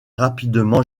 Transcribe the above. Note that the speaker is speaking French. rapidement